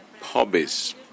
hobbies